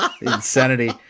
Insanity